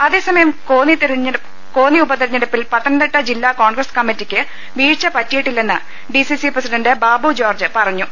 അതേസമയം കോന്നി ഉപതെരഞ്ഞെടുപ്പിൽ പത്തനംതിട്ട ജില്ലാ കോൺഗ്രസ് കമ്മറ്റിക്ക് വീഴ്ച പറ്റിയിട്ടില്ലെന്ന് ഡിസിസി പ്രസിഡന്റ് ബാബു ജോർജ്ജ് പറഞ്ഞു